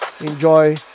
enjoy